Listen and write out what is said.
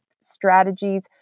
strategies